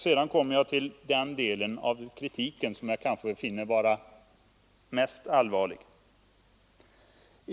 Så kommer jag till den del av kritiken som jag finner mest allvarlig.